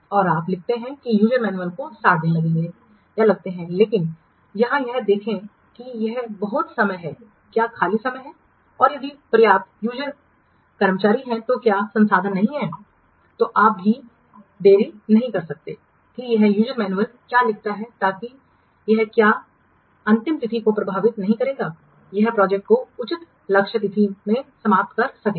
और आप लिखते हैं कि यूजर मैनुअल को 60 दिन लगते हैं लेकिन यहां यह देखें कि यह बहुत समय है क्या खाली समय है और यदि पर्याप्त यूजर कर्मचारी हैं तो क्या संसाधन नहीं हैं तो आप भी देरी नहीं कर सकते हैं कि यह यूजर मैनुअल क्या लिखता है ताकि यह क्या यह अंतिम तिथि को प्रभावित नहीं करेगा यह प्रोजेक्ट को उचित लक्ष्य तिथि में समाप्त कर सकेगा